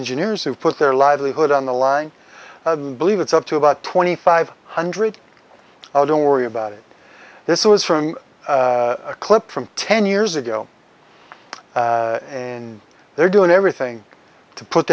engineers who put their livelihood on the line believe it's up to about twenty five hundred i don't worry about it this was from a clip from ten years ago and they're doing everything to put